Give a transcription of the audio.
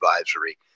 Advisory